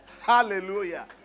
Hallelujah